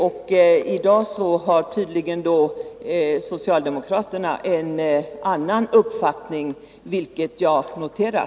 I dag har tydligen socialdemokraterna en annan uppfattning, vilket jag noterar.